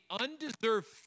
undeserved